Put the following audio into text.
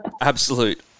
absolute